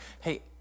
Hey